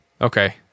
Okay